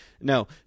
No